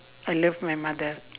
I love my mother